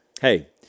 hey